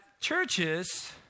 churches